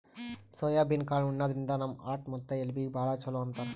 soybean ಕಾಳ್ ಉಣಾದ್ರಿನ್ದ ನಮ್ ಹಾರ್ಟ್ ಮತ್ತ್ ಎಲಬೀಗಿ ಭಾಳ್ ಛಲೋ ಅಂತಾರ್